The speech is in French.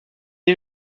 est